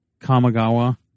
Kamigawa